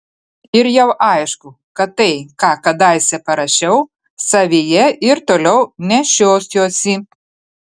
ir jau aišku kad tai ką kadaise parašiau savyje ir toliau nešiosiuosi